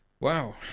Wow